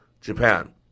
Japan